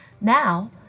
Now